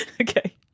Okay